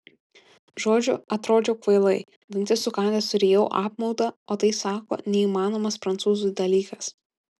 žodžiu atrodžiau kvailai dantis sukandęs rijau apmaudą o tai sako neįmanomas prancūzui dalykas